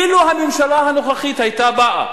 אילו הממשלה הנוכחית היתה באה